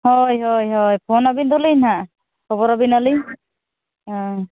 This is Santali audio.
ᱦᱳᱭ ᱦᱳᱭ ᱦᱳᱭ ᱯᱷᱳᱱ ᱟᱵᱤᱱᱫᱚᱞᱤᱧ ᱱᱟᱦᱟᱜ ᱠᱷᱚᱵᱚᱨ ᱟᱵᱤᱱᱟᱞᱤᱧ ᱦᱮᱸ